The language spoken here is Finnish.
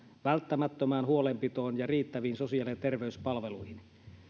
välttämättömään huolenpitoon ja riittäviin sosiaali ja terveyspalveluihin